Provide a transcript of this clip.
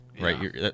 right